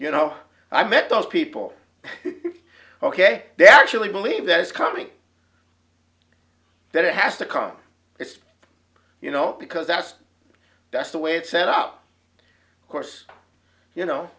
you know i met those people ok they actually believe that it's coming that it has to come it's you know because that's that's the way it's set up of course you know